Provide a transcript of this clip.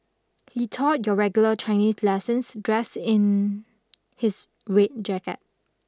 he taught your regular Chinese lessons dressed in his red jacket